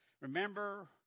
Remember